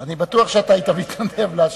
אני בטוח שהיית מתנדב להשיב.